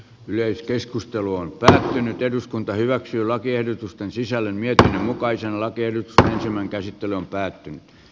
yleiskeskustelu on lähtenyt eduskunta hyväksyy lakiehdotusten sisällön myötä mukaisella kevyttä tämän käsittely on jatkossa